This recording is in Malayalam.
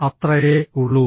അത്രയേ ഉള്ളൂ